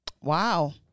Wow